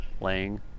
laying